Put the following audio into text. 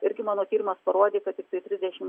irgi mano tyrimas parodė kad tiktai trisdešimt